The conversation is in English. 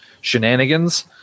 shenanigans